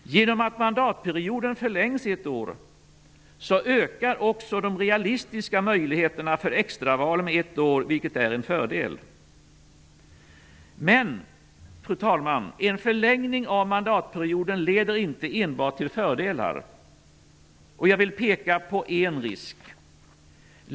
Genom att mandatperioden förlängs ett år ökar också de realistiska möjligheterna för extraval med ett år, vilket är en fördel. Men, fru talman, en förlängning av mandatperioden leder inte enbart till fördelar. Jag vill peka på en risk.